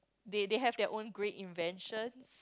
they they have their own great inventions